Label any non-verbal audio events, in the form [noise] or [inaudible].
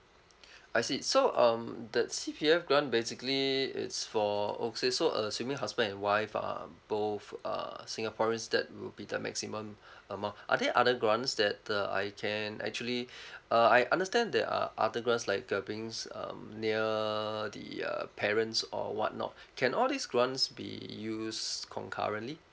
I see so um that C_P_F grant basically it's for okay so assuming husband and wife are both uh singaporeans that would be the maximum amount are there other grants that uh I can actually [breath] uh I understand there are other grants like the beings um near the uh parents or whatnot can all these grants be used concurrently